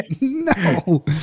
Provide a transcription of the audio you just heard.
No